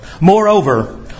Moreover